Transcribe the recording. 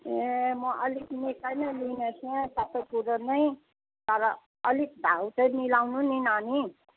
ए म अलिक निकै नै लिने थिएँ सबै कुरो नै तर अलिक भाउ चाहिँ मिलाउनु नि नानी